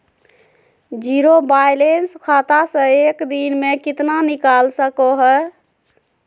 Zero balance खाता से एक दिन में कितना निकाल सको है?